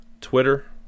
Twitter